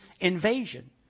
invasion